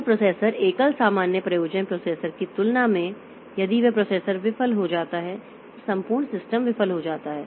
एकल प्रोसेसर एकल सामान्य प्रयोजन प्रोसेसर की तुलना में यदि वह प्रोसेसर विफल हो जाता है तो संपूर्ण सिस्टम विफल हो जाता है